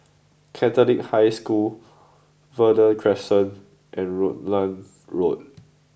Catholic High School Verde Crescent and Rutland Road